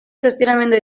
kuestionamendu